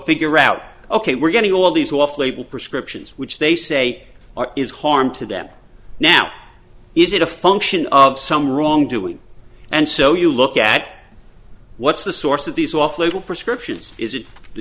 figure out ok we're getting all these off label prescriptions which they say are is harm to them now is it a function of some wrongdoing and so you look at what's the source of these off label prescriptions is it the